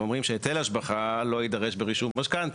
ואומרים שהיטל השבחה לא יידרש ברישום המשכנתא,